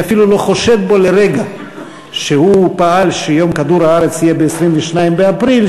אני אפילו לא חושד בו לרגע שהוא פעל שיום כדור-הארץ יהיה ב-22 באפריל,